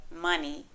money